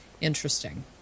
interesting